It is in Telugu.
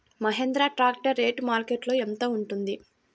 మహేంద్ర ట్రాక్టర్ రేటు మార్కెట్లో యెంత ఉంటుంది?